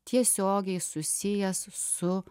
tiesiogiai susijęs su